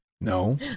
No